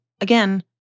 Again